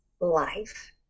life